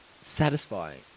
satisfying